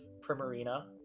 primarina